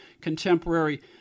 contemporary